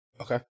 Okay